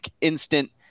instant